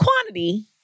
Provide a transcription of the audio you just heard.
quantity